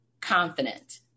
confident